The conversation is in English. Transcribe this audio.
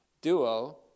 Duo